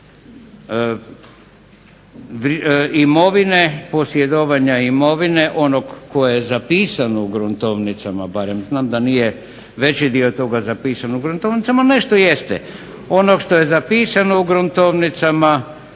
imovine posjedovanja imovine onog tko je zapisan u gruntovnicama barem znam da nije veći dio toga zapisan u gruntovnicama, ali nešto jeste. Ono što je zapisano u gruntovnicama